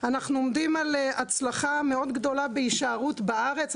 אנחנו עומדים בהצלחה מאוד גדולה במספר הנשארים בארץ.